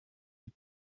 les